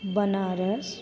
Banaras